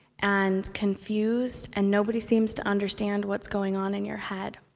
and confused, and nobody seems to understand what's going on in your head.